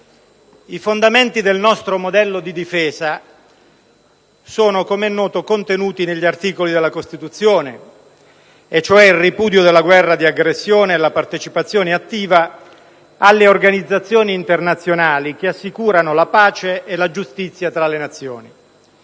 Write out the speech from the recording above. I fondamenti del nostro modello di difesa sono - come è noto - contenuti negli articoli della Costituzione e sono il ripudio della guerra di aggressione e la partecipazione attiva alle organizzazioni internazionali che assicurano la pace e la giustizia tra le Nazioni;